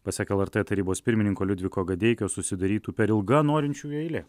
pasak lrt tarybos pirmininko liudviko gadeikio susidarytų per ilga norinčiųjų eilė